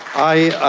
i